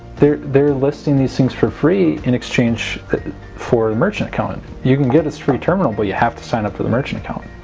they're they're listing these things for free in exchange for merchant account! you can get it straight terminal but you have to sign up to the merchant account.